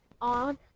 on